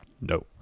no